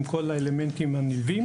עם כל האלמנטים הנלווים.